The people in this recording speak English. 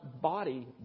body